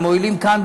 ומועילים כאן,